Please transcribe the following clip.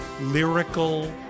lyrical